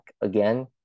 again